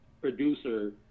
producer